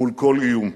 מול כל איום.